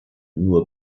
nur